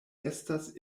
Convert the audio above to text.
estas